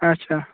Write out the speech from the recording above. اَچھا